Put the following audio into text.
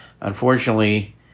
unfortunately